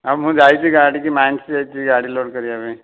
ହଁ ମୁଁ ଯାଇଛି ଗାଡ଼ିକି ମାଇନ୍ସ ଯାଇଛି ଗାଡ଼ି ଲୋଡ଼୍ କରିବା ପାଇଁ